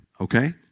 Okay